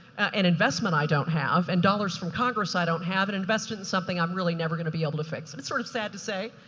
an investment i don't have, and dollars from congress i don't have and invest in something i'm really never going to be able to fix. it's sort of sad to say,